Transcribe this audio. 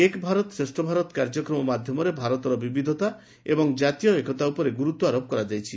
ଏକ୍ ଭାରତ ଶ୍ରେଷ୍ ଭାରତ କାର୍ଯ୍ୟକ୍ରମ ମାଧ୍ୟମରେ ଭାରତର ବିବିଧତା ଏବଂ ଜାତୀୟ ଏକତା ଉପରେ ଗୁରୁତ୍ ଆରୋପ କରାଯାଇଛି